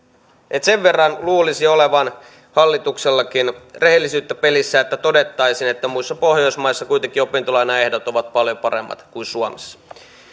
erilaiset sen verran luulisi olevan hallituksellakin rehellisyyttä pelissä että todettaisiin että muissa pohjoismaissa kuitenkin opintolainan ehdot ovat paljon paremmat kuin suomessa